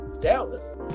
Dallas